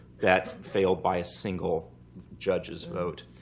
that failed by a single judge's vote.